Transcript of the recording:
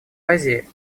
азии